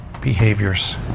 behaviors